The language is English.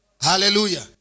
Hallelujah